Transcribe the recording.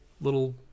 little